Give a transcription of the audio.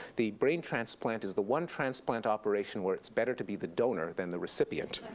the brain transplant is the one transplant operation where it's better to be the donor than the recipient.